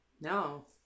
No